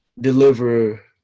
deliver